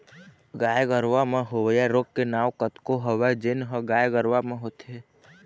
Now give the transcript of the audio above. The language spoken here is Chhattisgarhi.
गाय गरूवा म होवइया रोग के नांव कतको हवय जेन ह गाय गरुवा म होथे